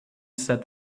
said